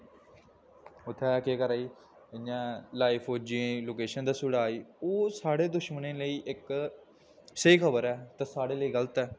उत्थें केह् करा दी कि इ'यां लाइव फौजियें दी लोकेशन दस्सी ओड़ा दी ओह् साढ़े दुश्मनें लेई इक स्हेई खबर ऐ ते साढ़े लेई गल्त ऐ